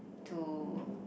to